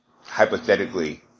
hypothetically